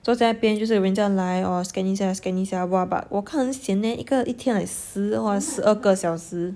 坐在那边就是人家来 orh scan 一下 scan 一下 !wah! but 我看很 sian leh 一个一天 like 十十二个小时